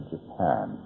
Japan